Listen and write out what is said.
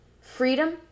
freedom